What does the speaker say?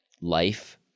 life